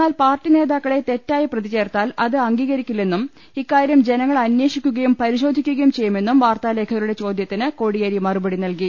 എന്നാൽ പാർട്ടി നേതാക്കളെ തെറ്റായി പ്രതി ചേർത്താൽ അത് അംഗീകരിക്കില്ലെന്നും ഇക്കാര്യം ജനങ്ങൾ അന്വേഷിക്കു കയും പ്രിശോധിക്കുകയും ചെയ്യുമെന്നും വാർത്താലേഖക രുടെ ചോദ്യത്തിന് കോടിയേരി മറുപടി നൽകി